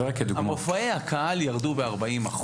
מופעי הקהל ירדו ב-40%.